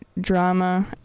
drama